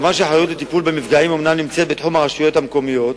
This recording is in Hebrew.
4. האחריות לטיפול במפגעים אומנם נמצאת בתחום הרשויות המקומיות,